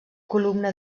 columna